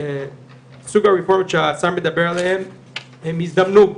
שסוג הרפורמות שהשר מדבר עליהן הן הזדמנות,